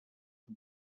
for